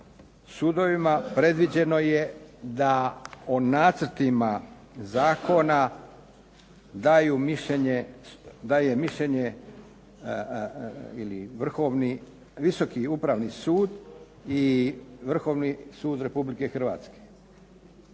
sudovima predviđeno je da o nacrtima zakona daje mišljenje ili Visoki upravni sud i Vrhovni sud Republike Hrvatske.